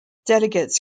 delegates